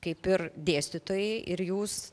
kaip ir dėstytojai ir jūs